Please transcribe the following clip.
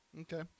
Okay